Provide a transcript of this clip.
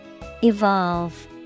Evolve